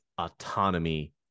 autonomy